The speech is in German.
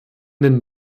den